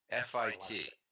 FIT